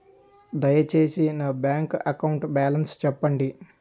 దయచేసి నా bank account balance చెప్పండి